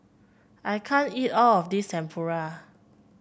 I can't eat all of this Tempura